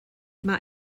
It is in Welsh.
mae